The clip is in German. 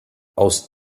aus